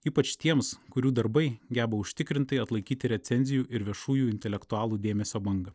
ypač tiems kurių darbai geba užtikrintai atlaikyti recenzijų ir viešųjų intelektualų dėmesio bangą